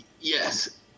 Yes